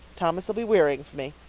thomas'll be wearying for me.